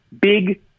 Big